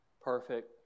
Perfect